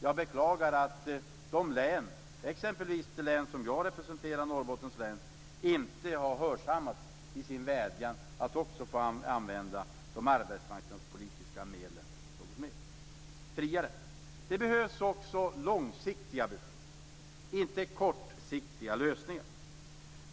Jag beklagar att de län - t.ex. det län som jag representerar, Norrbottens län - inte har hörsammats i sin vädjan om att få använda de arbetsmarknadspolitiska medlen något friare. Det behövs också långsiktiga beslut, inte kortsiktiga lösningar.